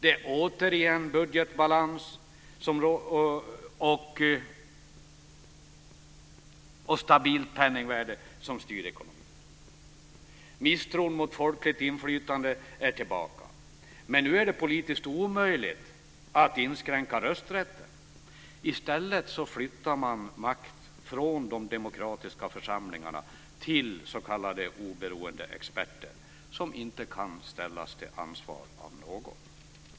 Det är återigen budgetbalans och stabilt penningvärde som styr ekonomin. Misstron mot folkligt inflytande är tillbaka, men nu är det politiskt omöjligt att inskränka rösträtten. I stället flyttas makt från de demokratiska församlingarna till s.k. oberoende experter som inte kan ställas till ansvar av någon.